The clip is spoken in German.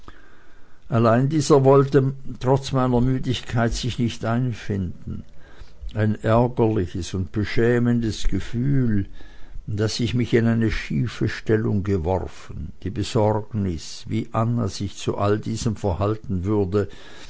allein dieser wollte trotz meiner müdigkeit sich nicht einfinden ein ärgerliches und beschämendes gefühl daß ich mich in eine schiefe stellung geworfen die besorgnis wie anna sich zu all diesem verhalten würde